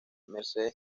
mercedes